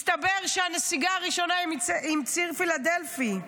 מסתבר שהנסיגה הראשונה היא מציר פילדלפי.